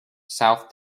south